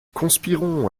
conspirons